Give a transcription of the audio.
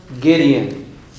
Gideon